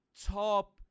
Top